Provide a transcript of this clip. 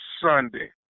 Sunday